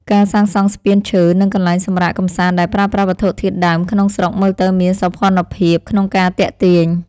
ការសាងសង់ស្ពានឈើនិងកន្លែងសម្រាកកម្សាន្តដែលប្រើប្រាស់វត្ថុធាតុដើមក្នុងស្រុកមើលទៅមានសោភ័ណភាពក្នុងការទាក់ទាញ។